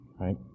right